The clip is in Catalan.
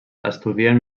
estudien